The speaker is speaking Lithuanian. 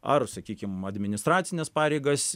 ar sakykim administracines pareigas